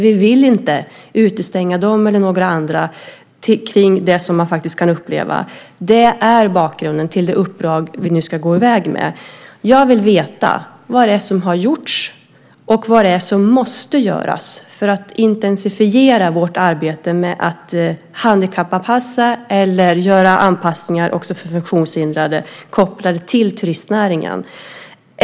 Vi vill inte utestänga dem eller några andra från det man faktiskt kan uppleva. Det är bakgrunden till det uppdrag vi nu ska ge. Jag vill veta vad det är som har gjorts och vad det är som måste göras för att intensifiera vårt arbete med att handikappanpassa eller göra anpassningar också för funktionshindrade kopplat till turistnäringen.